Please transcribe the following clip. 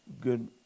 good